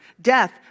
death